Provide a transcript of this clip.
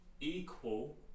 equal